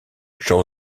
jean